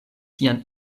sian